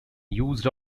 used